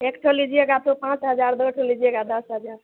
एक ठो लीजिएगा पाँच हज़ार दो ठो लीजिएगा दस हज़ार